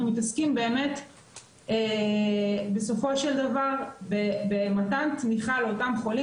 אנחנו מתעסקים באמת בסופו של דבר במתן תמיכה לאותם חולים,